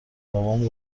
بابام